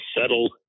settle